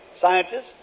scientists